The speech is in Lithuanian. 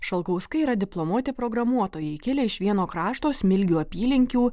šalkauskai yra diplomuoti programuotojai kilę iš vieno krašto smilgių apylinkių